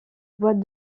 boîte